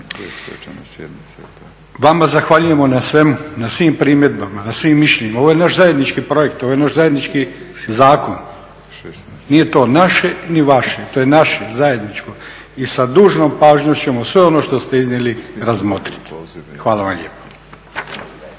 Vama zahvaljujemo na svemu, na svim primjedbama, na svim mišljenjima, ovo je naš zajednički projekt, ovo je naš zajednički zakon, nije to naše ni vaše, to je naše zajedničko. I sa dužnom pažnjom ćemo sve ono što ste iznijeli razmotriti. Hvala vam lijepa.